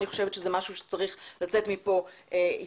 אני חושבת שבמקרה הזה צריכה לצאת מכאן התייחסות